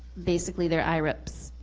basically their irips.